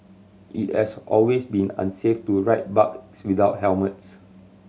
it has always been unsafe to ride bikes without helmets